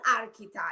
archetype